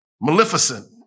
Maleficent